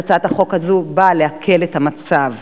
אז הצעת החוק הזו באה להקל את המצב.